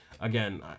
again